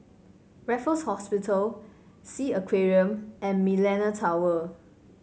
Raffles Hospital Sea Aquarium and Millenia Tower